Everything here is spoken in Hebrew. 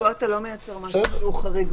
פה אתה לא מייצר משהו שהוא חריג.